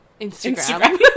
Instagram